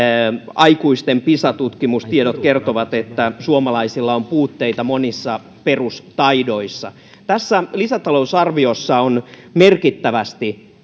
aikuisten pisa tutkimustiedot kertovat myös että suomalaisilla on puutteita monissa perustaidoissa tässä lisätalousarviossa on merkittävästi